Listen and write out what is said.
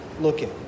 looking